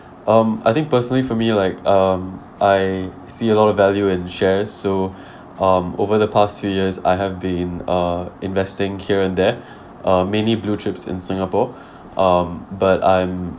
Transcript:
um I think personally for me like um I see a lot of value in shares so um over the past few years I have been uh investing here and there uh mainly blue chips in singapore um but I'm